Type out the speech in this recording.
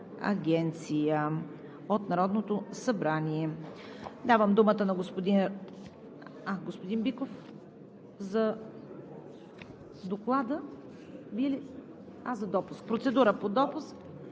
агенция от Народното събрание.“